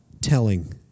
telling